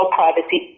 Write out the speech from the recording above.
privacy